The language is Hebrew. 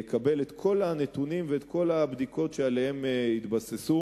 יקבל את כל הנתונים ואת כל הבדיקות שעליהם התבססו.